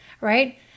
right